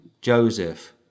Joseph